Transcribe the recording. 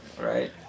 Right